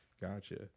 gotcha